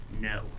No